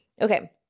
okay